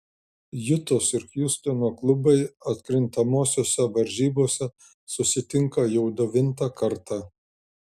jutos ir hjustono klubai atkrintamosiose varžybose susitinka jau devintą kartą